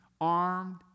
armed